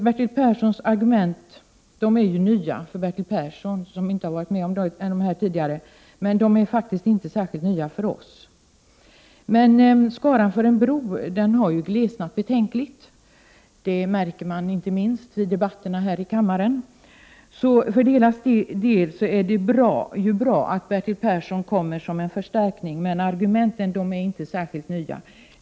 Bertil Perssons argument är nya för Bertil Persson, som inte har varit med här och hört dem tidigare, men de är faktiskt inte särskilt nya för oss andra. Skaran som är för en bro har ju glesnat betänkligt. Det märker man inte minst i debatterna här i kammaren. För broanhängarnas del är det ju bra att Bertil Persson kommer som en Prot: 1988/89:35 förstärkning, men argumenten är inte särskilt nya.